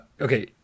okay